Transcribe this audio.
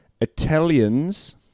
Italians